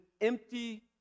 empty